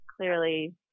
clearly